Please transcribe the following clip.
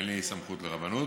אין לי הסמכה לרבנות.